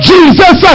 Jesus